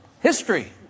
history